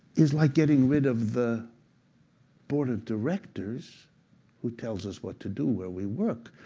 is like getting rid of the board of directors who tells us what to do where we work.